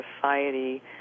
society